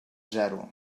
zero